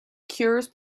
cures